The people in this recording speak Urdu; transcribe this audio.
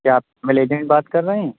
کیا آپ میل ایجنٹ بات کر رہے ہیں